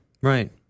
right